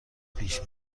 پیش